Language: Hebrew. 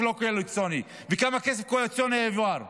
לא קואליציוני וכמה כסף קואליציוני הועבר.